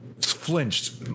flinched